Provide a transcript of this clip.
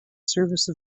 service